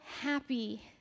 happy